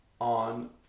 On